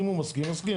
אם הוא מסכים, מסכים.